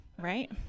right